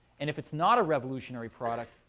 and if it's not a revolutionary product,